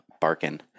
Barkin